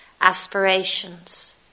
aspirations